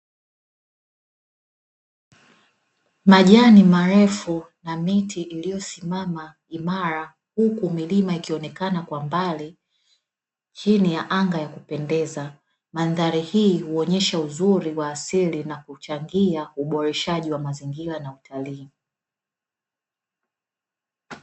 Majani marefu ya miti iliyosimama imara huku milima ikionekana kwa mbali mandhari hii hudumisha uwepo wa mandhari nzuri na utalii